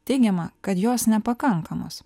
teigiama kad jos nepakankamos